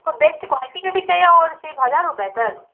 आपको best quality में भी चाहिए और सिर्फ हज़ार रुपये तक